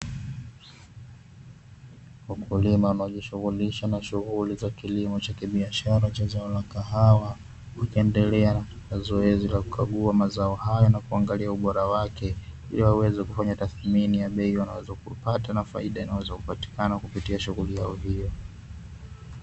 Wakulima wanaojishughulisha na shughuli za kilimo cha kibiashara cha zao la kahawa, wakiendelea na zoezi la kukagua mazao hayo na kuangalia ubora wake, ili waweze kufanya tathmini ya bei wanaweza kuipata, na faida inayoweza kupatikana kupitia shughuli yao hiyo.